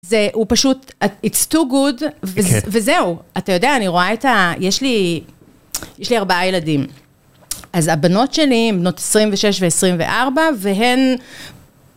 זה... הוא פשוט it's too good וזהו אתה יודע אני רואה את ה... יש לי יש לי ארבעה ילדים אז הבנות שלי בנות 26 ו24 והן